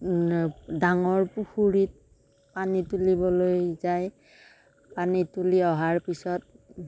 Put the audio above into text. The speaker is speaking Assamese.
ডাঙৰ পুখুৰীত পানী তুলিবলৈ য়ায় পানী তুলি অহাৰ পিছত